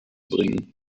bringen